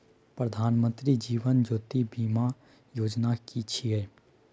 प्रधानमंत्री जीवन ज्योति बीमा योजना कि छिए?